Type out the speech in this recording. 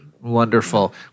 Wonderful